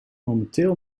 momenteel